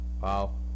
wow